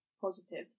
positive